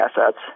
assets